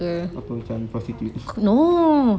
apa macam prostitute